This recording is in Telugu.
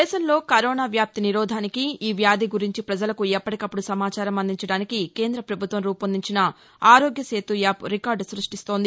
దేశంలో కరోనా వ్యాప్తి నిరోధానికి ఈ వ్యాధి గురించి ప్రజలకు ఎప్పటికప్పుడు సమాచారం అందించడానికి కేంద్ర ప్రభుత్వం రూపొందించిన ఆరోగ్య సేతు యాప్ రికార్డులు సృష్టిస్తోంది